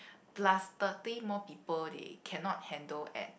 plus thirty more people they cannot handle at